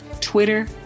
Twitter